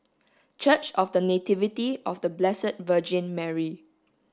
church of The Nativity of The Blessed Virgin Mary